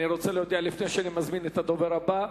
לפני שאני מזמין את הדובר הבא,